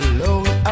Alone